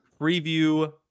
Preview